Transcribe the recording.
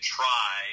try